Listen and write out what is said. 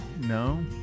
no